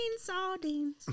Sardines